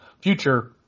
future